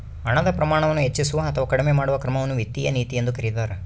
ಹಣದ ಪ್ರಮಾಣವನ್ನು ಹೆಚ್ಚಿಸುವ ಅಥವಾ ಕಡಿಮೆ ಮಾಡುವ ಕ್ರಮವನ್ನು ವಿತ್ತೀಯ ನೀತಿ ಎಂದು ಕರೀತಾರ